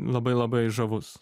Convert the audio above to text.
labai labai žavus